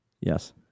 Yes